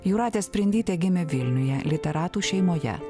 jūratė sprindytė gimė vilniuje literatų šeimoje